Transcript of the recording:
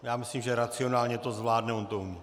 Já myslím, že racionálně to zvládnout jde.